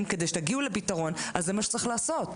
כדי שתגיעו לפתרון אז זה מה שצריך לעשות.